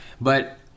but-